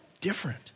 different